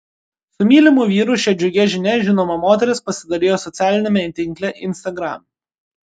su mylimu vyru šia džiugia žinia žinoma moteris pasidalijo socialiniame tinkle instagram